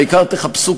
העיקר תחפשו,